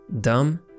dumb